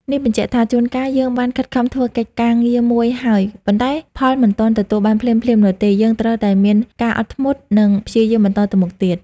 នេះបញ្ជាក់ថាជួនកាលយើងបានខិតខំធ្វើកិច្ចការងារមួយហើយប៉ុន្តែផលមិនទាន់ទទួលបានភ្លាមៗនោះទេយើងត្រូវតែមានការអត់ធ្មត់និងព្យាយាមបន្តទៅមុខទៀត។